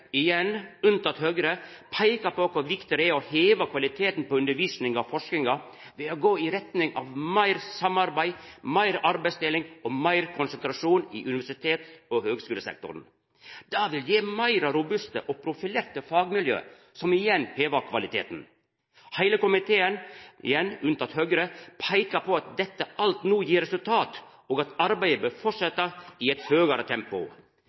Høgre – peikar på kor viktig det er å heva kvaliteten på undervisninga og forskinga ved å gå i retning av meir samarbeid, meir arbeidsdeling og meir konsentrasjon i universitets- og høgskulesektoren. Det vil gje meir robuste og profilerte fagmiljø, som igjen hevar kvaliteten. Heile komiteen – igjen unnateke Høgre – peikar på at dette alt no gjev resultat, og at arbeidet bør fortsetja i eit høgare tempo.